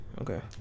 Okay